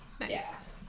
Nice